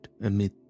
amid